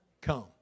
come